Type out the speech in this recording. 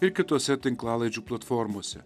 ir kitose tinklalaidžių platformose